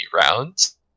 rounds